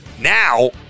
Now